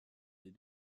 des